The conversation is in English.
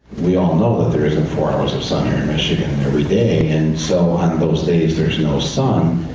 we all know there isn't four hours of sun here in michigan every day, and so on those days there's no sun.